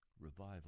Revival